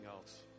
else